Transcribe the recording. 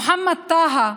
מוחמד טאהא,